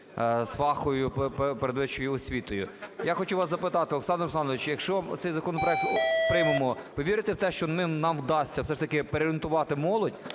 з фаховою передвищою освітою. Я хочу вас запитати, Олександр Олександрович, якщо цей законопроект приймемо, ви вірите в те, що нам вдасться все ж таки переорієнтувати молодь,